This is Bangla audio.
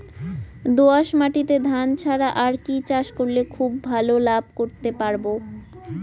দোয়াস মাটিতে ধান ছাড়া আর কি চাষ করলে খুব ভাল লাভ করতে পারব?